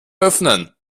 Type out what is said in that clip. öffnen